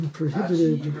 prohibited